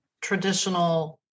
traditional